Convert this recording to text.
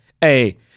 hey